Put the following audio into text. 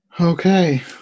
Okay